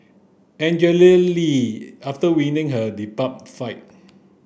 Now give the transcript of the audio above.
Angela Lee after winning her debut fight